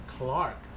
Clark